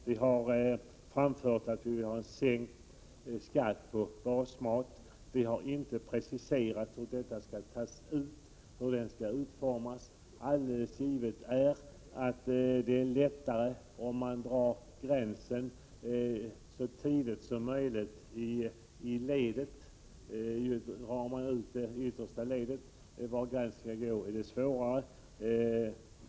Vi har framfört att vi vill ha en lägre skatt på basmat. Vi har inte preciserat hur denna skatt skall utformas. Alldeles givet är att det är lättare om man drar gränsen för baslivsmedel så tidigt som möjligt i produktionsleden. Om man drar gränsen i det sista ledet blir det svårare.